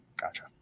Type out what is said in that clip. gotcha